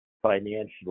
Financially